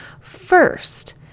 First